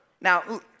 Now